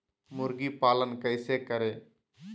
मुर्गी पालन कैसे करें?